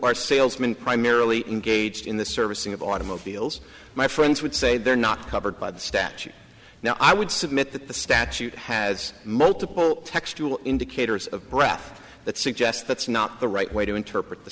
are salesmen primarily engaged in the servicing of automobiles my friends would say they're not covered by the statute now i would submit that the statute has multiple textual indicators of breath that suggest that's not the right way to interpret the